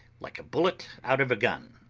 like a bullet out of a gun.